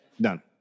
Done